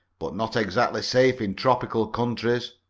but not exactly safe in tropical countries,